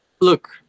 Look